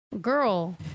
Girl